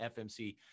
FMC